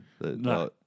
No